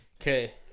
Okay